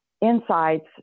insights